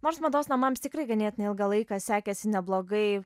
nors mados namams tikrai ganėtinai ilgą laiką sekėsi neblogai